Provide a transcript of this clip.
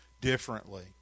differently